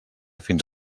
fins